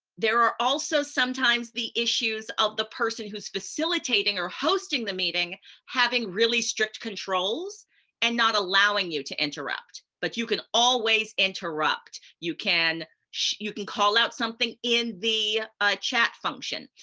there are also sometimes the issues of the person who's facilitating or hosting the meeting having really strict controls and not allowing you to interrupt, but you can always interrupt. you can you can call out something in the ah chat function.